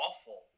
awful